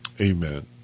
Amen